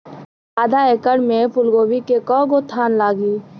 आधा एकड़ में फूलगोभी के कव गो थान लागी?